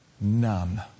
None